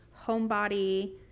homebody